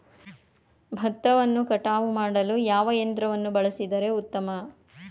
ಭತ್ತವನ್ನು ಕಟಾವು ಮಾಡಲು ಯಾವ ಯಂತ್ರವನ್ನು ಬಳಸಿದರೆ ಉತ್ತಮ?